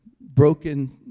broken